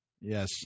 Yes